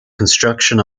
construction